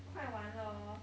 快完了